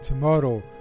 Tomorrow